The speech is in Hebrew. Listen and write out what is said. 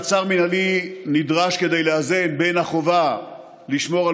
מעצר מינהלי נדרש כדי לאזן בין החובה לשמור על